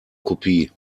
kopie